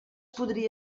podria